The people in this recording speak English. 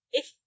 If